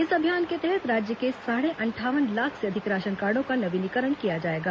इस अभियान के तहत राज्य के साढ़े अंठावन लाख से अधिक राशन कार्डो का नवीनीकरण किया जाएगा